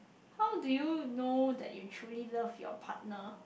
how do you know that you truly love your partner